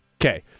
Okay